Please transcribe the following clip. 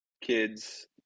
kids